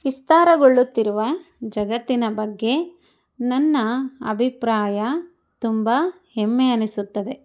ವಿಸ್ತಾರಗೊಳ್ಳುತ್ತಿರುವ ಜಗತ್ತಿನ ಬಗ್ಗೆ ನನ್ನ ಅಭಿಪ್ರಾಯ ತುಂಬ ಹೆಮ್ಮೆ ಅನ್ನಿಸುತ್ತದೆ